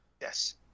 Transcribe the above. Yes